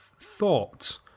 thought